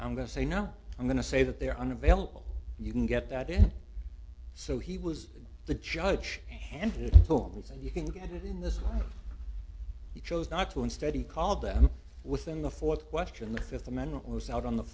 i'm going to say no i'm going to say that they're unavailable you can get that in so he was the judge and holmes and you can get it in this he chose not to instead he called them within the fourth question the fifth amendment was out on the